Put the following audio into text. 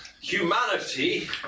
humanity